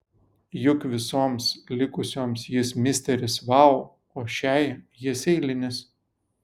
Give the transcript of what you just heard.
juk visoms likusioms jis misteris vau o šiai jis eilinis